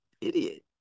idiot